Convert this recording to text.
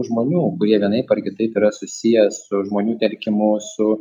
žmonių kurie vienaip ar kitaip yra susiję su žmonių telkimu su